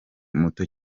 muto